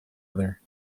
other